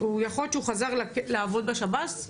יכול להיות שהוא חזר לעבוד בשב"ס?